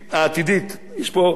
יש פה השר נאמן,